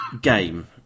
Game